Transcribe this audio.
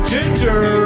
Ginger